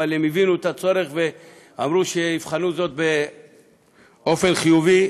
אבל הם הבינו את הצורך ואמרו שיבחנו זאת באופן חיובי.